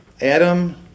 Adam